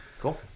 cool